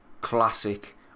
classic